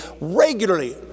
regularly